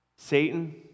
Satan